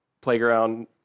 playground